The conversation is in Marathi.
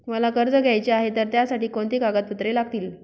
मला कर्ज घ्यायचे आहे तर त्यासाठी कोणती कागदपत्रे लागतील?